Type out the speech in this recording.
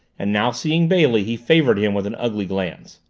and now seeing bailey he favored him with an ugly glance.